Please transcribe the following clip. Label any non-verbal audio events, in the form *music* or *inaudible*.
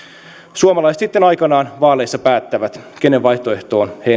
suomalaiset sitten aikanaan vaaleissa päättävät kenen vaihtoehtoon he *unintelligible*